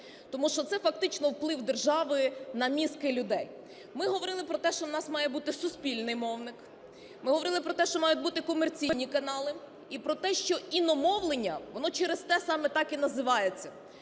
тому що це, фактично, вплив держави на мізки людей. Ми говорили про те, що у нас має бути суспільний мовник, ми говорили про те, що мають бути комерційні канали, і про те, що іномовлення, воно через те саме так і називається,